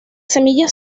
semillas